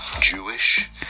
Jewish